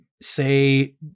say